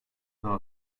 daha